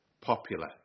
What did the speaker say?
popular